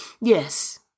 Yes